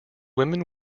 women